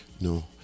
no